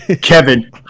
Kevin